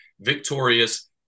victorious